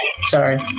Sorry